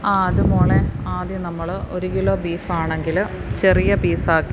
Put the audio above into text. ആ അത് മോളെ ആദ്യം നമ്മള് ഒരു കിലോ ബീഫാണെങ്കില് ചെറിയ പീസാക്കി